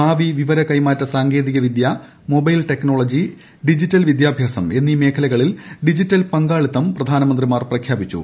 ഭാവി വിവര കൈമാറ്റ സാങ്കേതിക വിദ്യ മൊബൈൽ ടെക്നോളജി ഡിജിറ്റൽ വിദ്യാഭ്യാസം എന്നീ മേഖലകളിൽ ഡിജിറ്റൽ പങ്കാളിത്തം പ്രധാനമന്ത്രിമാർ പ്രഖ്യാപിച്ചു